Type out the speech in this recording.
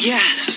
Yes